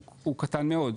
הוא קטן מאוד.